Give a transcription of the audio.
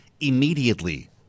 immediately